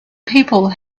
people